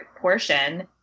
portion